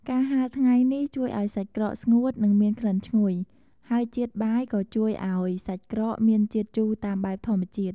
ការហាលថ្ងៃនេះ ជួយឱ្យសាច់ក្រកស្ងួត និងមានក្លិនឈ្ងុយ ហើយជាតិបាយក៏ជួយឱ្យសាច់ក្រកមានជាតិជូរតាមបែបធម្មជាតិ។